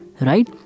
right